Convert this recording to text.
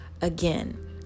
again